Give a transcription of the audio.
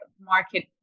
market